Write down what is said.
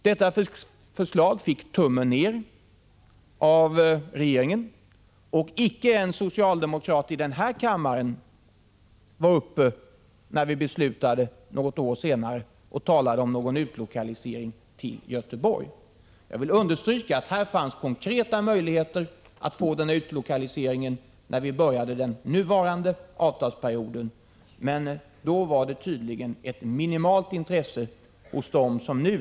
Detta förslag fick tummen ned av regeringen, och när vi något år senare här i kammaren fattade beslut var icke en socialdemokrat uppe och talade om någon utlokalisering till Göteborg. Jag vill understryka att det fanns konkreta möjligheter att få till stånd en sådan utlokalisering när vi började den nuvarande avtalsperioden, men då var intresset för det bland socialdemokraterna tydligen minimalt.